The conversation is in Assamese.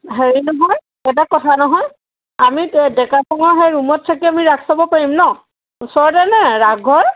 হেৰি নহয় এটা কথা নহয় আমি ডেকাচাঙৰ সেই ৰুমত থাকি আমি ৰাস চাব পাৰিম নহ্ ওচৰতে নে ৰাসঘৰ